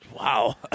Wow